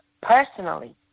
personally